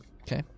Okay